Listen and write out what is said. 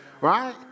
right